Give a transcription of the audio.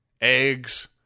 eggs